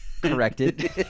corrected